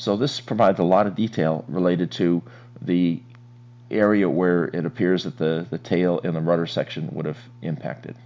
so this provides a lot of detail related to the area where it appears that the tail in the rudder section would have impacted